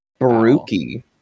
Baruki